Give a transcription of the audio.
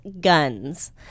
guns